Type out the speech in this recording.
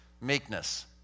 meekness